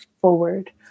forward